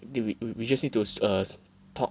they we we just need to err talk